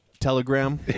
Telegram